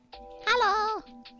hello